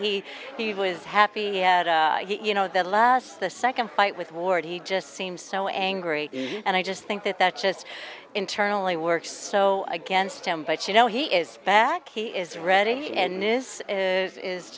see he was happy you know the last the nd fight with ward he just seems so angry and i just think that that just internally works so against him but you know he is back he is ready and this is